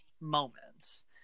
moments